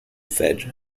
fed